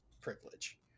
privilege